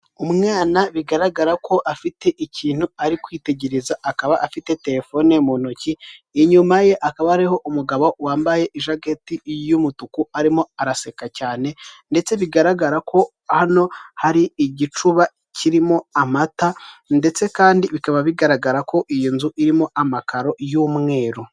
Itangazo ry'inama ikomeye izaba iri kuvuga kubirebana n'ikoranabuhanga; izabera i Kigali mu Rwanda ku itariki makumyabiri n'enye kugeza makumyabiri n'esheshatu gashyantare bibiri na makumyabiri na gatanu, rikaba ryashyizwe hanze n'ikigo cy'imyuga gikunze kwitwa RDB.